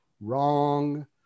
Wrong